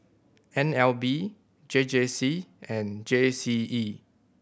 N L B J J C and J C E